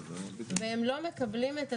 זה לא כמויות גדולות.